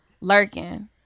Lurking